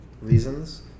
reasons